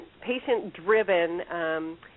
patient-driven